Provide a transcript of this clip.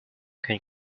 can